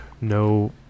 no